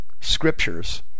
scriptures